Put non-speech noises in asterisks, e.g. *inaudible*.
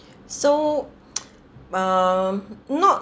so *noise* um not